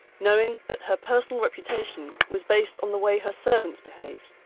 knowing that her personal reputation was based on the way her servants behaved.